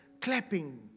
clapping